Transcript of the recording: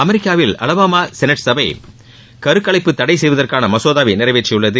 அமெரிக்காவில் அலபாமா சௌட் சபை கருக்கலைப்பை தடை செய்வதற்கான மசோதாவை நிறைவேற்றியுள்ளது